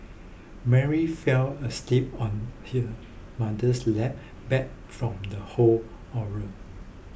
Mary fell asleep on her mother's lap beat from the whole horror